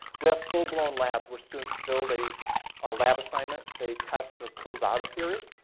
we have full-blown labs where students build a a lab assignment. they test or prove out a theory,